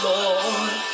Lord